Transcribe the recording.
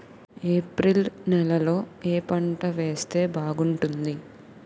April నెలలో ఏ పంట వేస్తే బాగుంటుంది?